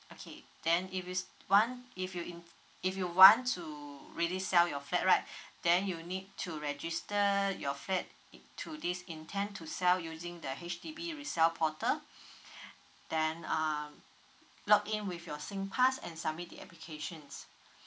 okay then if it's one if you in~ if you want to really sell your flat right then you need to register your flat to this intend to sell using the H_D_B resale portal then um login with your singpass and submit the applications